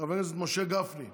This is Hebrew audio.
חבר הכנסת משה גפני,